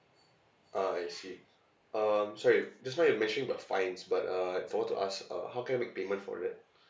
ah I see um sorry just now you mentioned about fines but uh forgot to ask uh how can I make payment for it